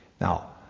now